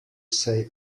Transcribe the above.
say